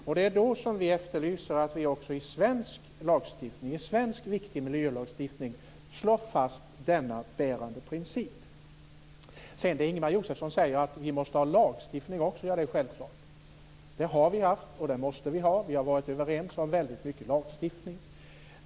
Vad vi efterlyser är att man också i svensk viktig miljölagstiftning slår fast denna bärande princip. Sedan säger Ingemar Josefsson att vi måste ha lagstiftning också. Ja, det är självklart. Det har vi haft, och det måste vi ha. Vi har varit överens om väldigt mycket lagstiftning.